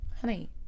honey